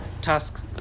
task